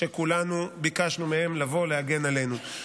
שכולנו ביקשנו מהם לבוא להגן עלינו.